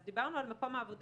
אז דיברנו על מקום העבודה,